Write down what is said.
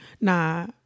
nah